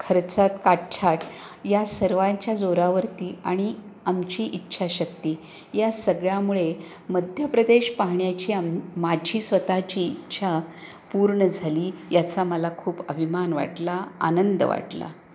खर्चात काटछाट या सर्वांच्या जोरावरती आणि आमची इच्छा शक्ती या सगळ्यामुळे मध्यप्रदेश पाहण्याची आम माझी स्वतःची इच्छा पूर्ण झाली याचा मला खूप अभिमान वाटला आनंद वाटला